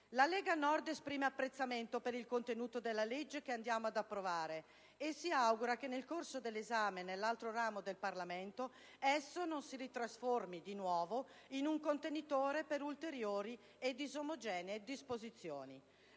La Lega Nord esprime apprezzamento per il contenuto della legge che andiamo ad approvare e si augura che nel corso dell'esame nell'altro ramo del Parlamento, essa non si ritrasformi di nuovo in un contenitore per ulteriori e disomogenee disposizioni.